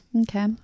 Okay